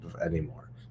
anymore